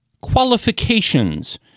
Qualifications